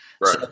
right